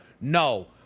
No